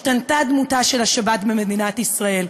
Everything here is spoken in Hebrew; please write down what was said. השתנתה דמותה של השבת במדינת ישראל.